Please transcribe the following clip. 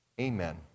Amen